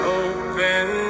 open